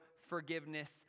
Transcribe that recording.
forgiveness